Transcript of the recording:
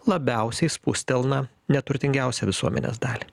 labiausiai spustelna neturtingiausią visuomenės dalį